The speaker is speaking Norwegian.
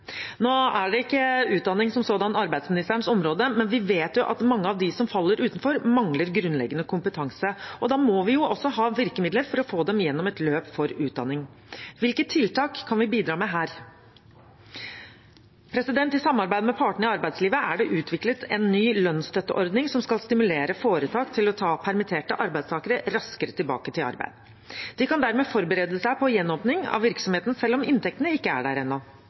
Nå er ikke utdanning som sådan arbeidsministerens område, men vi vet jo at mange av dem som faller utenfor, mangler grunnleggende kompetanse, og da må vi også ha virkemidler for å få dem gjennom et løp for utdanning. Hvilke tiltak kan vi bidra med her? I samarbeid med partene i arbeidslivet er det utviklet en ny lønnsstøtteordning som skal stimulere foretak til å ta permitterte arbeidstakere raskere tilbake til arbeid. De kan dermed forberede seg på gjenåpning av virksomheten, selv om inntektene ikke er der ennå.